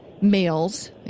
males